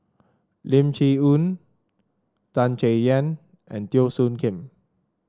Lim Chee Onn Tan Chay Yan and Teo Soon Kim